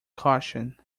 caution